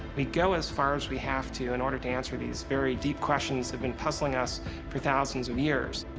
we go as far as we have to in order to answer these very deep questions that have been puzzling us for thousands of years,